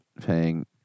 Paying